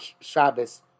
Shabbos